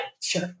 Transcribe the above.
sure